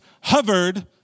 hovered